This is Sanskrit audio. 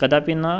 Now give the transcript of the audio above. कदापि न